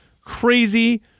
crazy